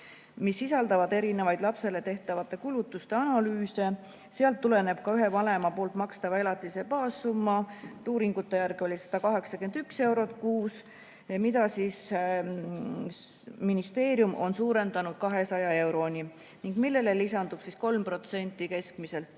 sisaldasid erinevaid lapsele tehtavate kulutuste analüüse. Sealt tuleneb ka ühe vanema makstava elatise baassumma. Uuringute järgi oli see 181 eurot kuus, mille ministeerium on suurendanud 200 euroni ning millele lisandub 3% keskmisest